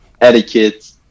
etiquette